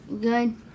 Good